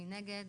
מי נגד?